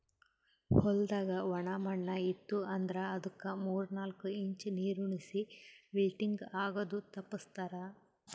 ಹೊಲ್ದಾಗ ಒಣ ಮಣ್ಣ ಇತ್ತು ಅಂದ್ರ ಅದುಕ್ ಮೂರ್ ನಾಕು ಇಂಚ್ ನೀರುಣಿಸಿ ವಿಲ್ಟಿಂಗ್ ಆಗದು ತಪ್ಪಸ್ತಾರ್